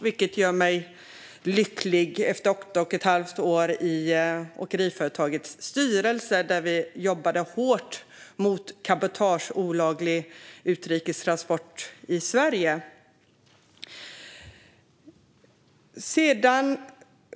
Det gör mig lycklig efter åtta och ett halvt år i ett åkeriföretags styrelse, där vi jobbade hårt mot olaglig cabotagetransport i Sverige.